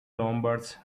lombards